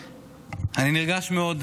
אני נרגש מאוד,